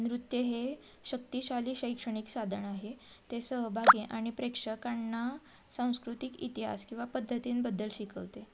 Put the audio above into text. नृत्य हे शक्तिशाली शैक्षणिक साधन आहे ते सहभागी आणि प्रेक्षकांना सांस्कृतिक इतिहास किंवा पद्धतींबद्दल शिकवते